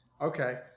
Okay